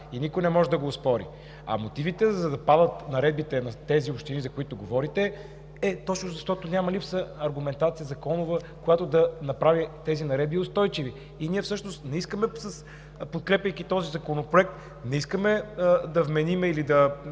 и никой не може да го оспори. А мотивите, за да падат наредбите на тези общини, за които говорите, е точно защото няма законова аргументация, която да направи тези наредби устойчиви. И ние всъщност не искаме, подкрепяйки този законопроект, да вменим или да